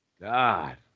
God